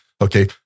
Okay